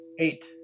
Eight